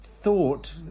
thought